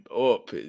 up